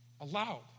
allowed